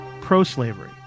pro-slavery